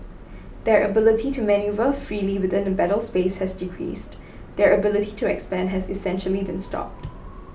their ability to manoeuvre freely within the battle space has decreased their ability to expand has essentially been stopped